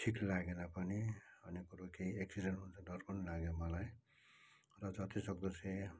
ठिक लागेन पनि अनेक कुरो केही एक्सिडेन्ट हुन्छ डर पनि लाग्यो मलाई र जति सक्दो चाहिँ